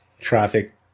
traffic